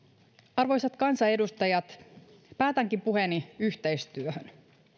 arvoisat kansanedustajat päätänkin puheeni yhteistyöhön